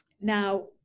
Now